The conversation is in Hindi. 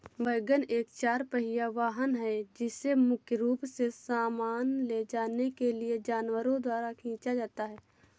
वैगन एक चार पहिया वाहन है जिसे मुख्य रूप से सामान ले जाने के लिए जानवरों द्वारा खींचा जाता है